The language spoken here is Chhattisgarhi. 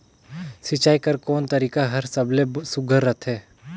सिंचाई कर कोन तरीका हर सबले सुघ्घर रथे?